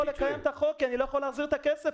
לקיים את החוק כי אני לא יכול להחזיר את הכסף,